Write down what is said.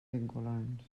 vinculants